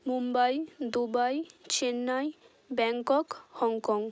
Mumbai Dubai Chennai Bangkok Hong Kong